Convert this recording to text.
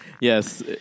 yes